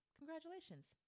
congratulations